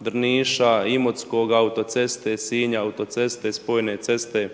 Drniša, Imotskoga, autoceste Sinj, autoceste, spojne ceste,